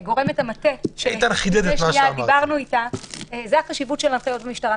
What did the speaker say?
זה החשיבות של הנחיות במשטרה.